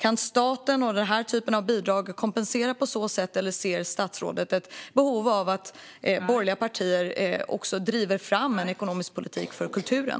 Kan staten och denna typ av bidrag kompensera på så sätt, eller ser statsrådet ett behov av att borgerliga partier driver fram en ekonomisk politik för kulturen?